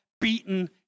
beaten